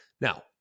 Now